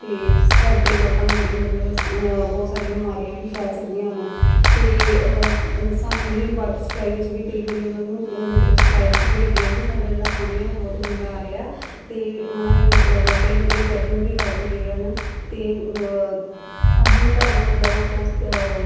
ਤੇ ਜਿਸ ਕਰਕੇ ਲੋਕਾਂ ਨੂੰ ਬੜੀ ਮਤਲਬ ਬਹੁਤ ਸਾਰੀਆਂ ਬਿਮਾਰੀਆਂ ਵੀ ਫੈਲ ਸਕਦੀਆਂ ਨੇ ਤੇ ਅਸੀਂ ਵਾਟਰ ਸਪਲਾਈ ਵਿੱਚ ਵੀ ਕਈ ਵਾਰੀ ਉਹਨਾਂ ਨੂੰ ਮਤਲਬ ਸ਼ਿਕਾਇਤ ਕੀਤੀ ਹੈਗੀ ਐ ਕੀ ਸਾਡਾ ਜਿਹੜਾ ਪਾਣੀ ਆ ਬਹੁਤ ਗੰਦਾ ਆ ਰਿਹਾ ਤੇ ਉਹਨਾਂ ਨੇ ਮਤਲਬ ਕਈ ਵਾਰੀ ਉਹ ਚੈਕਿੰਗ ਵੀ ਕਰਕੇ ਗਏ ਹਨ ਤੇ ਅਸੀਂ ਤੁਹਾਡੇ ਮਤਲਬ ਬਹੁਤ